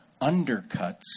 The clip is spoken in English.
undercuts